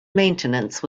maintenance